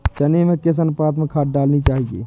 चने में किस अनुपात में खाद डालनी चाहिए?